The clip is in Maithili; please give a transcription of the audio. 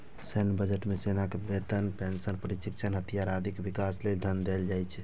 सैन्य बजट मे सेनाक वेतन, पेंशन, प्रशिक्षण, हथियार, आदिक विकास लेल धन देल जाइ छै